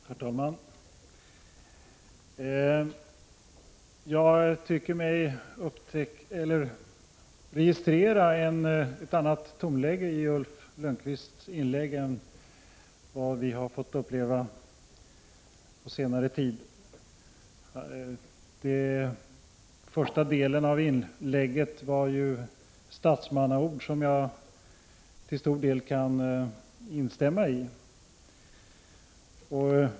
Herr talman! Jag tycker mig kunna registrera ett annat tonläge i Ulf Lönnqvists inlägg nu än vad vi fått uppleva på senare tid. Den första delen av inlägget var statsmannaord som jag till stor del kan instämma i.